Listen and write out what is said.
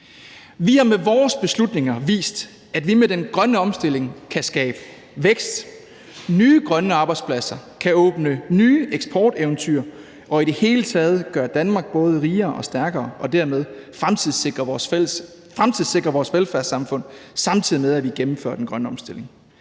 Vi har med vores beslutninger vist, at vi med den grønne omstilling kan skabe vækst, nye grønne arbejdspladser, kan åbne nye eksporteventyr og i det hele taget gøre Danmark både rigere og stærkere og dermed fremtidssikre vores velfærdssamfund, samtidig med at vi gennemfører den grønne omstilling,